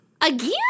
Again